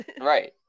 Right